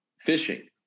fishing